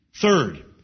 Third